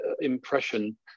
impression